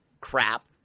crap